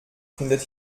findet